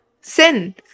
sin